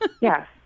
Yes